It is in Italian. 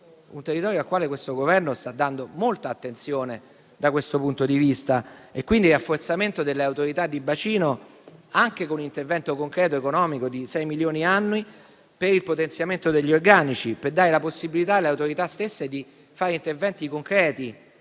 il nostro, al quale questo Governo sta dando molta attenzione, da questo punto di vista. È quindi necessario un rafforzamento delle autorità di bacino, anche con un intervento economico concreto di 6 milioni annui, per il potenziamento degli organici, al fine di dare la possibilità alle autorità stesse di fare interventi concreti